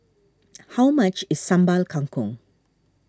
how much is Sambal Kangkong